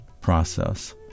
process